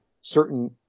certain